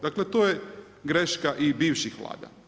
Dakle, to je greška i bivših vlada.